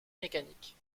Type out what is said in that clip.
mécanique